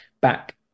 back